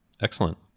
Excellent